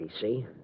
see